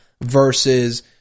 versus